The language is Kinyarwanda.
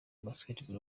basketball